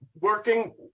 working